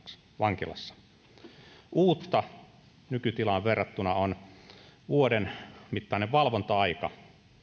vankilassa uutta nykytilaan verrattuna on vuoden mittainen valvonta aika